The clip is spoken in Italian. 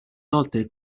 volte